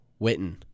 Witten